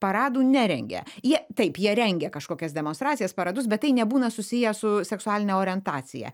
paradų nerengia jie taip jie rengia kažkokias demonstracijas paradus bet tai nebūna susiję su seksualine orientacija